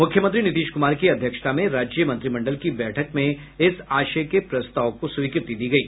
मुख्यमंत्री नीतीश कुमार की अध्यक्षता में राज्य मंत्रिमंडल की बैठक में इस आशय के प्रस्ताव को स्वीकृति दी गयी